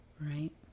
Right